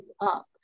up